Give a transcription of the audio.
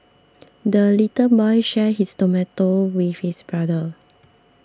the little boy shared his tomato with his brother